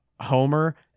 Homer